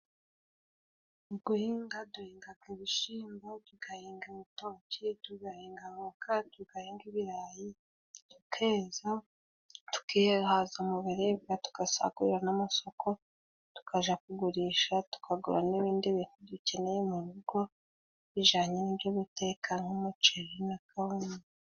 Mu guhinga duhingaga ibishimbo, tugahinga ibitoki ,tugahinga voka, tugahinga ibirayi tukeza tukihaza mu biribwa tugasagurira n'amasoko, tukaja kugurisha tukagura n'ibindi bintu dukeneye mu rugo bijanye n'ibyo guteka nk'umuceri n'akawunga.